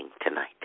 tonight